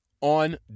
on